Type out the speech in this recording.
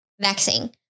vaccine